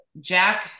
Jack